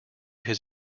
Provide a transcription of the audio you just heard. his